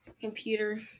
computer